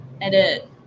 edit